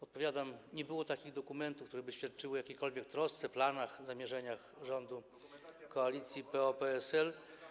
Odpowiadam: nie było takich dokumentów, które by świadczyły o jakiejkolwiek trosce, planach, zamierzeniach rządu koalicji PO-PSL.